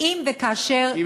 היא, היא גם אישה.